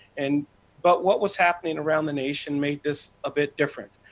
and but what was happening around the nation made this a bit different.